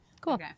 Cool